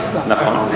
לא סתם.